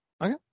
Okay